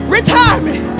Retirement